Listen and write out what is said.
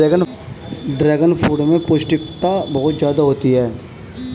dragon fruit में पौष्टिकता बहुत ज्यादा होती है